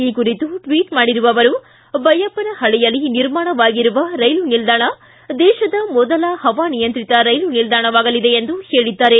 ಈ ಕುರಿತು ಟ್ವಿಟ್ ಮಾಡಿರುವ ಅವರು ಬೈಯಪ್ಪನಪಳ್ಳಿಯಲ್ಲಿ ನಿರ್ಮಾಣವಾಗಿರುವ ರೈಲು ನಿಲ್ದಾಣ ದೇಶದ ಮೊದಲ ಹವಾನಿಯಂತ್ರಿತ ರೈಲು ನಿಲ್ದಾಣವಾಗಲಿದೆ ಎಂದು ಹೇಳಿದ್ದಾರೆ